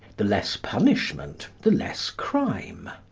the less punishment, the less crime.